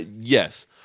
Yes